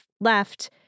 left